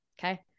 Okay